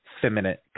feminine